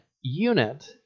unit